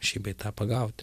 šį bei tą pagauti